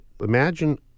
Imagine